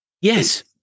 Yes